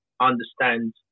understand